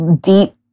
deep